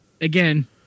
again